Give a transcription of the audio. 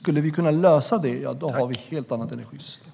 Om det går att lösa det problemet skulle vi få ett helt annat energisystem.